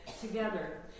together